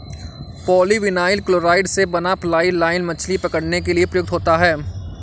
polyvinyl chloride से बना fly line मछली पकड़ने के लिए प्रयुक्त होता है